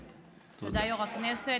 תודה, יו"ר הכנסת.